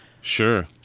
Sure